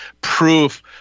proof